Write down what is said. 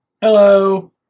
Hello